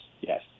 yes